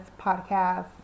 podcast